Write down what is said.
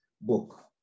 book